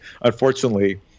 unfortunately